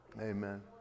Amen